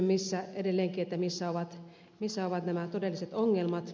kysyn edelleenkin missä ovat nämä todelliset ongelmat